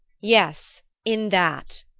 yes in that.